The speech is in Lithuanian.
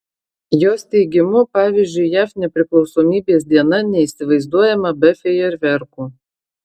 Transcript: jos teigimu pavyzdžiui jav nepriklausomybės diena neįsivaizduojama be fejerverkų